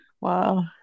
Wow